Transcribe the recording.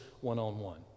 one-on-one